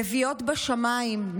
לביאות בשמיים,